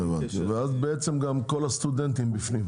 הבנתי, ואז בעצם גם כל הסטודנטים בפנים?